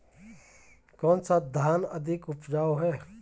कौन सा धान अधिक उपजाऊ है?